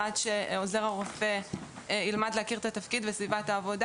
עד שעוזר הרופא ילמד להכיר את התפקיד ואת סביבת העבודה